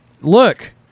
look